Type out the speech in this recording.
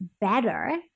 better